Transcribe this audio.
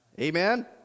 Amen